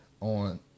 on